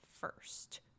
first